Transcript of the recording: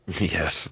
Yes